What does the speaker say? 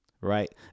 Right